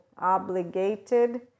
obligated